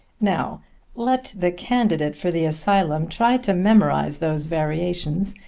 now let the candidate for the asylum try to memorize those variations,